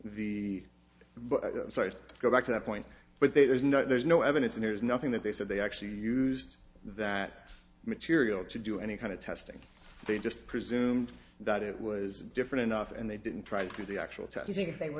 the so i go back to that point but there's no there's no evidence and there's nothing that they said they actually used that material to do any kind of testing they just presumed that it was different enough and they didn't try to get the actual test i think they would